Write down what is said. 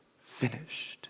finished